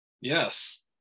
Yes